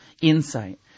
insight